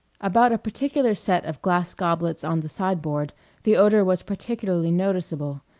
about a particular set of glass goblets on the sideboard the odor was particularly noticeable,